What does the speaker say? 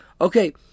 Okay